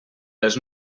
les